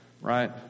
Right